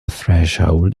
threshold